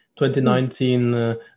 2019